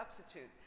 substitute